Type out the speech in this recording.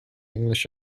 english